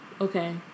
Okay